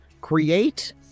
create